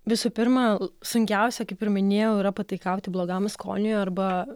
visų pirma sunkiausia kaip ir minėjau yra pataikauti blogam skoniui arba